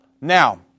Now